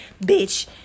bitch